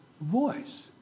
voice